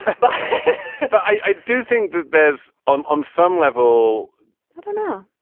but i do think that there's on on some level i don't know.